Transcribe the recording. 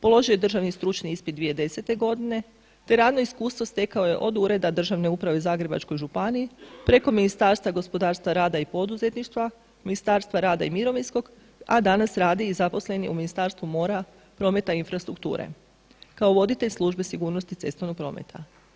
Položio je državni stručni ispit 2010. godine te radno iskustvo stekao je od Ureda državne uprave u zagrebačkoj županiji, preko Ministarstva gospodarstva, rada i poduzetništva, Ministarstva rada i mirovinskog, a danas radi i zaposlen je u Ministarstvu mora, prometa i infrastrukture kao voditelj Službe sigurnosti cestovnog prometa.